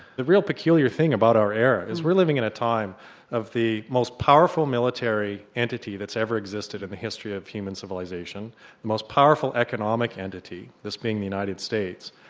the real peculiar thing about our era is we're living in a time of the most powerful military entity that's ever existed in the history of human civilisation. the most powerful economic entity, this being the united states,